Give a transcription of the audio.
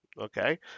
Okay